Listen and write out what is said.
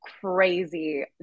crazy